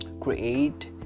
create